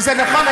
זה נכון,